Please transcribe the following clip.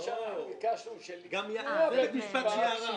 אנחנו ביקשנו שתהיה אפשרות לערר.